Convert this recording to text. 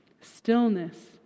stillness